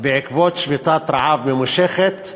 בעקבות שביתת רעב ממושכת,